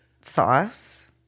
sauce